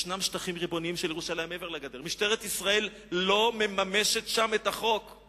ישנו שטח יהודי שבו נבנו 670 יחידות דיור של ערבים,